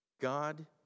God